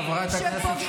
חברי הכנסת.